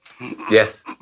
Yes